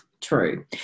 true